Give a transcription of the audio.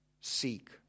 seek